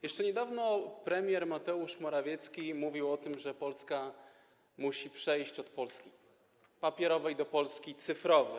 Jeszcze niedawno premier Mateusz Morawiecki mówił o tym, że Polska musi przejść od Polski papierowej do Polski cyfrowej.